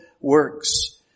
works